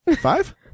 Five